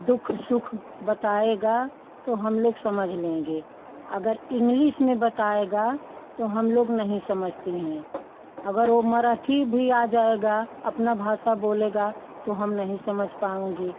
दुःख सुख बताएगा तो हम लोग समझ लेंगे अगर इंग्लिश में बताएगा तो हम लोग नहीं समझती हैं अगर वो मराठी भी आ जाएगा अपना भाषा बोलेगा तो हम नहीं समझ पाऊँगी